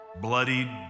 Bloodied